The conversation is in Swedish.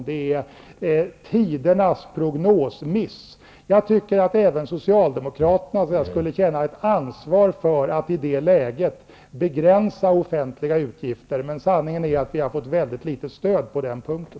Det är tiderna prognosmiss. Jag tycker att även Socialdemokraterna skulle känna ett ansvar för att i det läget begränsa offentliga utgifter, men sanningen är att vi har fått mycket litet stöd på den punkten.